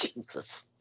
jesus